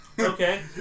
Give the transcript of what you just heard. Okay